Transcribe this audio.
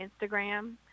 Instagram